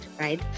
right